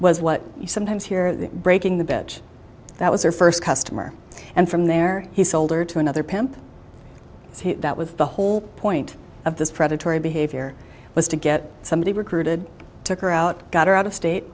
was what you sometimes hear that breaking the bench that was her first customer and from there he sold it to another pimp that was the whole point of this predatory behavior was to get somebody recruited took her out got her out of state